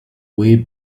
way